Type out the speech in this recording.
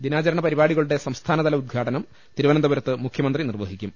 ദിനാചരണപരിപാടി കളുടെ സംസ്ഥാനതല ഉദ്ഘാടനം തിരുവനന്തപുരത്ത് മുഖ്യ മന്ത്രി നിർവഹിക്കും